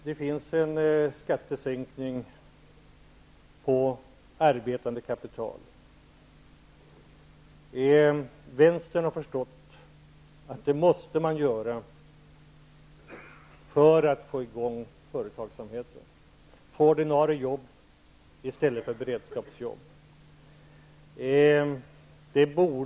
Herr talman! Ja, Ingela Thalén, vi har föreslagit en skattesänkning på arbetande kapital. Vänstern har förstått att man måste göra en sådan för att få i gång företagsamheten och få till stånd ordinarie jobb i stället för beredskapsjobb.